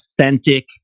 authentic